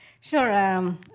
Sure